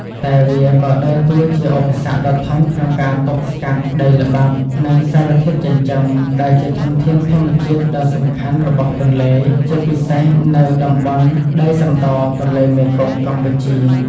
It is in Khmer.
តែវាក៏ដើរតួជាឧបសគ្គដ៏ធំក្នុងការទប់ស្កាត់ ដីល្បាប់ និងសារធាតុចិញ្ចឹម ដែលជាធនធានធម្មជាតិដ៏សំខាន់របស់ទន្លេ ជាពិសេសនៅតំបន់ដីសណ្ដរទន្លេមេគង្គកម្ពុជា។